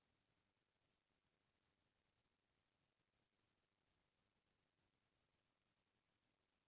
चिकित्सकीय इलाज पानी ह आज काल बनेच महँगा होगे हवय